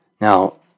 Now